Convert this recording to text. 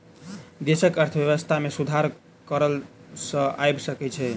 देशक अर्थव्यवस्था में सुधार कर सॅ आइब सकै छै